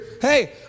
hey